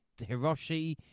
Hiroshi